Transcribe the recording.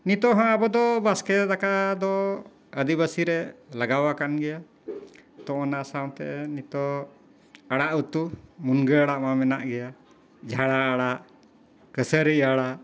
ᱱᱤᱛᱳᱜ ᱦᱟᱸᱜ ᱟᱵᱚ ᱫᱚ ᱵᱟᱥᱠᱮ ᱫᱟᱠᱟ ᱫᱚ ᱟᱹᱫᱤᱵᱟᱹᱥᱤ ᱨᱮ ᱞᱟᱜᱟᱣᱟᱠᱟᱱ ᱜᱮᱭᱟ ᱛᱚ ᱚᱱᱟ ᱥᱟᱶᱛᱮ ᱱᱤᱛᱳᱜ ᱟᱲᱟᱜ ᱩᱛᱩ ᱢᱩᱱᱜᱟᱹ ᱟᱲᱟᱜ ᱢᱟ ᱢᱮᱱᱟᱜ ᱜᱮᱭᱟ ᱡᱷᱟᱲᱟ ᱟᱲᱟᱜ ᱠᱟᱹᱥᱟᱹᱨᱤ ᱟᱲᱟᱜ